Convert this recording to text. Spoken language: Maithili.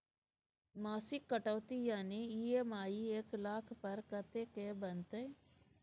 मासिक कटौती यानी ई.एम.आई एक लाख पर कत्ते के बनते?